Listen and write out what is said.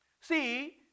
See